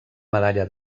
medalla